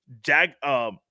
Jack